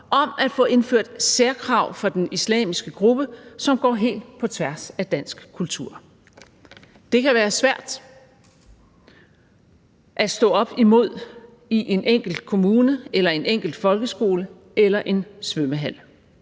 om at få indført særkrav for den islamiske gruppe, som går helt på tværs af dansk kultur. Det kan være svært at stå op imod i en enkelt kommune eller en enkelt folkeskole eller en svømmehal.